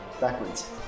backwards